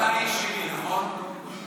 אתה איש ימין, נכון?